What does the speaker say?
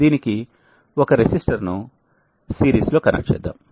దీనికి ఒక రెసిస్టర్ ను సిరీస్ లో కనెక్ట్ చేద్దాం